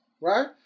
right